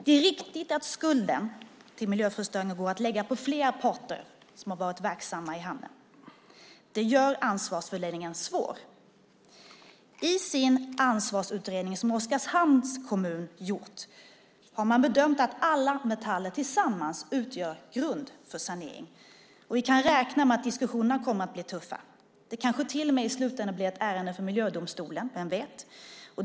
Det är riktigt att skulden för miljöförstöringen går att lägga på flera parter som har varit verksamma i hamnen. Det gör ansvarsfördelningen svår. I sin ansvarsutredning som Oskarshamns kommun har gjort har man bedömt att alla metaller tillsammans utgör grund för sanering. Vi kan räkna med att diskussionerna kommer att bli tuffa. Det kanske till och med i slutländen blir ett ärende för miljödomstolen - vem vet.